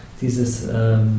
dieses